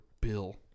bill